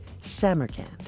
Samarkand